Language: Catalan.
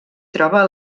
troba